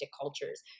cultures